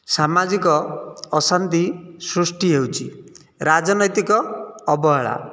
ସାମାଜିକ ଅଶାନ୍ତି ସୃଷ୍ଟି ହେଉଛି ରାଜନୈତିକ ଅବହେଳା